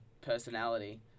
personality